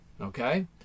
okay